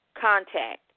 contact